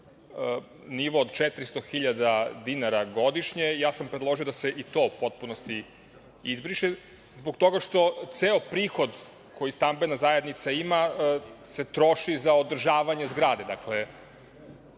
nivo od 400.000,00 dinara godišnje, i predložio sam da se i to u potpunosti izbriše, zbog toga što ceo prihod koji stambena zajednica ima se troši za održavanje zgrade. Dakle,